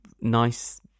nice